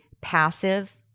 passive